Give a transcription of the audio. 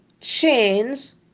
chains